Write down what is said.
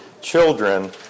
children